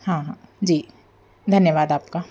हाँ हाँ जी धन्यवाद आपका